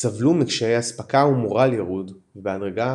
סבלו מקשיי אספקה ומורל ירוד ובהדרגה